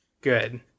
Good